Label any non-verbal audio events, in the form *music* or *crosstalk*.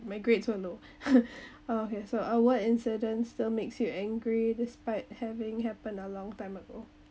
my grades were low *laughs* oh okay so uh what incident still makes you angry despite having happen a long time ago